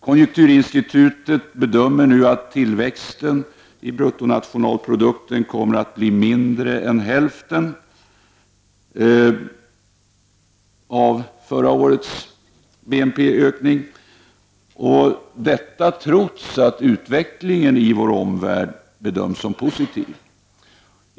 Konjunkturinstitutet bedömer nu att tillväxten i bruttonationalprodukten kommer att bli mindre än hälften av förra årets ökning, och detta trots att utvecklingen i vår omvärld bedöms som positiv.